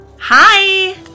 Hi